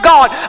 God